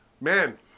man